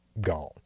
gone